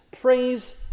praise